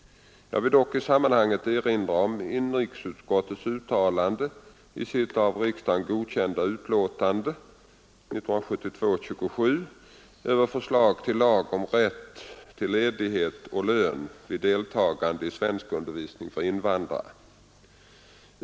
Jag vill dock i sammanhanget erinra om inrikesutskottets uttalande i sitt av riksdagen godkända utlåtande nr 27 år 1972 över förslaget till lag om rätt till ledighet och lön vid deltagande i svenskundervisning för invandrare.